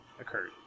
occurred